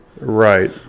Right